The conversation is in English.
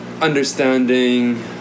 understanding